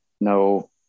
No